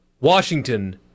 Washington